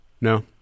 no